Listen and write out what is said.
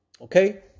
Okay